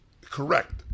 Correct